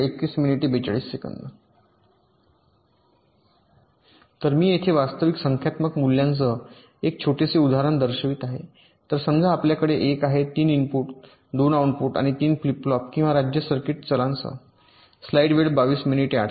तर मी येथे वास्तविक संख्यात्मक मूल्यांसह एक छोटेसे उदाहरण दर्शवित आहे तर समजा आपल्याकडे एक आहे3 इनपुट 2 आउटपुट आणि 3 फ्लिप फ्लॉप किंवा राज्य सर्किट चलांसह